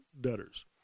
debtors